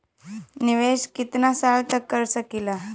निवेश कितना साल तक कर सकीला?